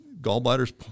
gallbladders